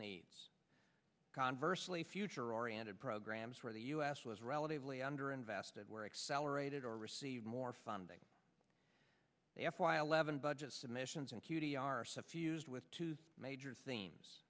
needs conversely future oriented programs where the u s was relatively under invested were accelerated or receive more funding f y eleven budget submissions and q t r suffused with two major themes